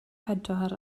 pedwar